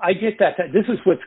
i just that this is what's